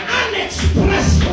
unexpressed